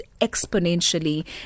exponentially